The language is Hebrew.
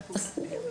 רש"א.